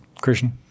Christian